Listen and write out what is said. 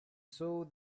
saw